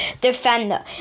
defender